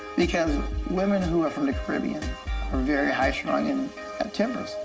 because women who are from the caribbean are very high-strung in tempers.